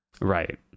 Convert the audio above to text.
right